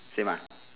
same uh